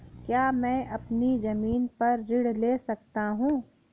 क्या मैं अपनी ज़मीन पर ऋण ले सकता हूँ?